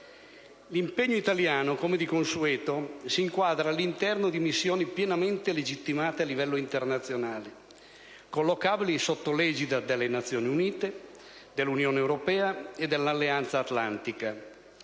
L'impegno italiano, come di consueto, si inquadra all'interno di missioni pienamente legittimate a livello internazionale, collocabili sotto l'egida delle Nazioni Unite, dell'Unione europea e dell'Alleanza Atlantica;